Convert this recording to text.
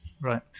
Right